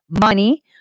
money